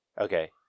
Okay